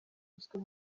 ruswa